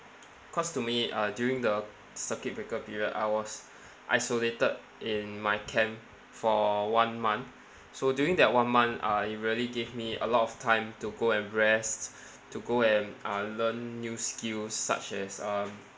cause to me uh during the circuit breaker period I was isolated in my camp for one month so during that one month uh it really gave me a lot of time to go and rest to go and uh learn new skills such as um